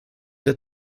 der